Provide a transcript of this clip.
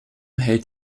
hält